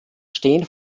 stehen